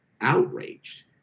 outraged